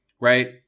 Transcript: Right